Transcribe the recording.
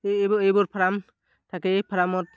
এই এইবোৰ এইবোৰ ফাৰ্ম থাকে এই ফাৰ্মত